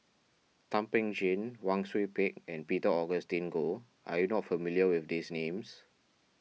Thum Ping Tjin Wang Sui Pick and Peter Augustine Goh are you not familiar with these names